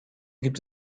gibt